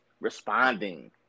responding